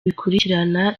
bikurikirana